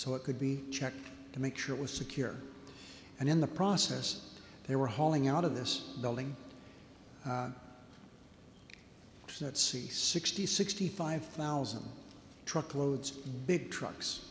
so it could be checked to make sure it was secure and in the process they were hauling out of this building see sixty sixty five thousand truckloads big trucks